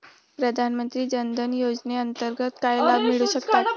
प्रधानमंत्री जनधन योजनेअंतर्गत काय लाभ मिळू शकतात?